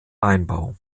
weinbau